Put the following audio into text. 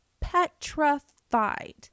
petrified